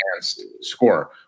score